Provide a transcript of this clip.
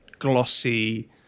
glossy